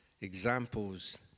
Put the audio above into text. examples